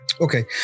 Okay